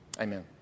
Amen